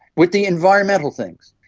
with the environmental things,